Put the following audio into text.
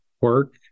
work